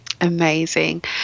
Amazing